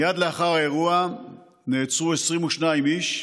מייד לאחר האירוע נעצרו 22 איש,